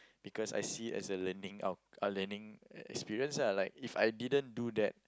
because I see it as a learning out~ uh learning experience lah like if I didn't do that